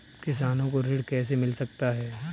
किसानों को ऋण कैसे मिल सकता है?